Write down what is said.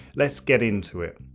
lets get into it.